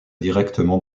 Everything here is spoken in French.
directement